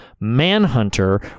Manhunter